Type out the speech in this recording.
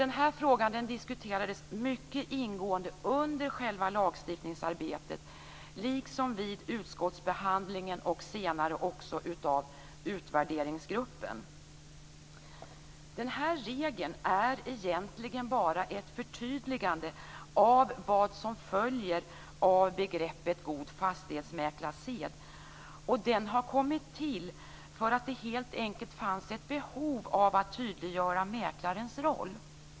Denna fråga diskuterades mycket ingående under själva lagstiftningsarbetet liksom vid utskottsbehandlingen och senare också av utvärderingsgruppen. Den här regeln är egentligen bara ett förtydligande av vad som följer av begreppet god fastighetsmäklarsed. Den har kommit till för att det helt enkelt fanns ett behov av att tydliggöra mäklarens roll.